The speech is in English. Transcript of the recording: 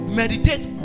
meditate